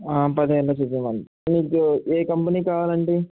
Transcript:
పది వేలలో చూపీమను మీకు ఏ కంపెనీ కావాలండి